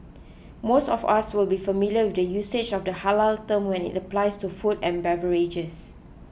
most of us will be familiar with the usage of the halal term when it applies to food and beverages